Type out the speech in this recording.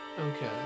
Okay